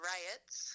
Riots